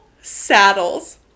saddles